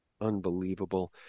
Unbelievable